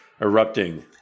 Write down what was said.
erupting